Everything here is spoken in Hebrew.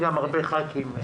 גם אין הרבה חברי כנסת.